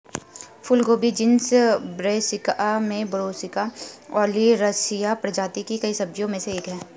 फूलगोभी genus Brassica में Brassica oleracea प्रजाति की कई सब्जियों में से एक है